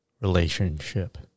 relationship